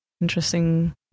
interesting